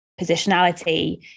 positionality